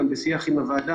למשל,